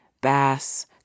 Bass